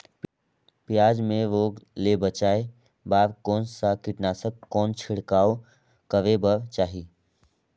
पियाज मे रोग ले बचाय बार कौन सा कीटनाशक कौन छिड़काव करे बर चाही?